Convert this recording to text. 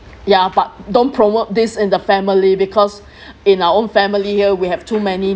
ya but don't promote this in the family because in our own family here we have too many